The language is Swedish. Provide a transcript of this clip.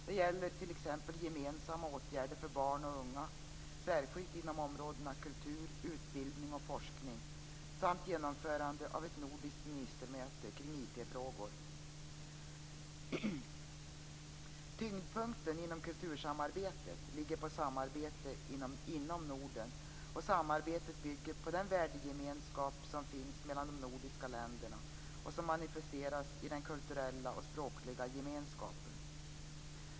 Det gäller t.ex. gemensamma åtgärder för barn och unga, särskilt inom områdena kultur, utbildning och forskning, samt genomförande av ett nordiskt ministermöte kring IT-frågor. Tyngdpunkten inom kultursamarbetet ligger på samarbete inom Norden, och samarbetet bygger på den värdegemenskap som finns mellan de nordiska länderna och som manifesteras i den kulturella och språkliga gemenskapen.